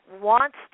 wants